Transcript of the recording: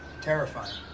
terrifying